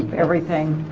everything